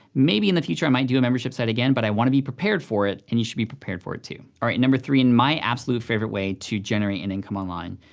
maybe in the future i might do a membership site again, but i wanna be prepared for it, and you should be prepared for it too. alright, number three, and my absolute favorite way to generate an income online,